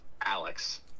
Alex